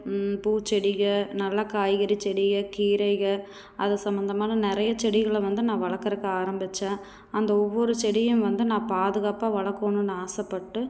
பூச்செடிகள் நல்லா காய்கறி செடி கீரைகள் அது சம்மந்தமான நிறையா செடிகளை வந்து நான் வளர்க்குறக்கு ஆரம்பிச்சேன் அந்த ஒவ்வொரு செடியும் வந்து நான் பாதுகாப்பாக வளர்க்கணுன்னு ஆசைப்பட்டு